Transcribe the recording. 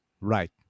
Right